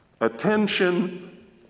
Attention